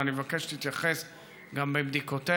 ואני מבקש שתתייחס לזה גם בבדיקותיך: